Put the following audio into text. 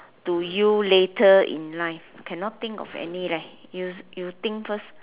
to you later in life cannot think of any leh you you think first